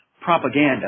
propaganda –